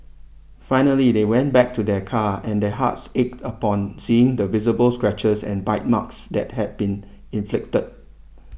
finally they went back to their car and their hearts ached upon seeing the visible scratches and bite marks that had been inflicted